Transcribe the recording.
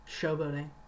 showboating